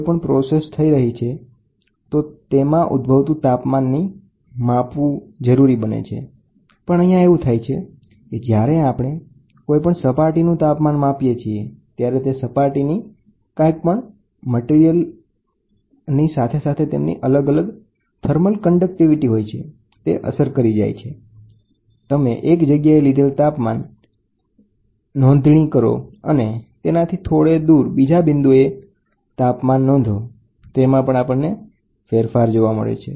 પણ અહીંયાં એવું થાય છે કે જ્યારે આપણે કોઈ સપાટીનું તાપમાન માપીએ છીએ ત્યારે તે સપાટીની થર્મલ કન્ડક્ટીવીટી અસર કરે છે તો એક જગ્યાએ લીધેલ તાપમાન અને તેનાથી થોડા દૂર લીધેલ તાપમાનમાં આપણને ફેરફાર જોવા મળે છે